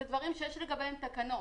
אלה דברים שיש לגביהם תקנות.